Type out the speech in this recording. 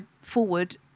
forward